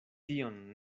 tion